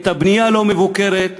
את הבנייה הלא-מבוקרת.